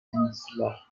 peninsular